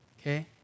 okay